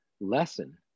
lesson